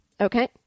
Okay